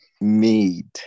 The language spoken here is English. made